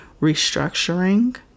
restructuring